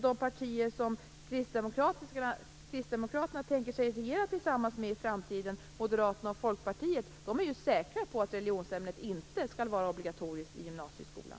De partier som Kristdemokraterna tänker sig att regera tillsammans med i framtiden, Moderaterna och Folkpartiet, är dock säkra på att religionsämnet inte skall vara obligatoriskt i gymnasieskolan.